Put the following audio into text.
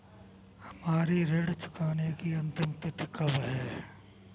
हमारी ऋण चुकाने की अंतिम तिथि कब है?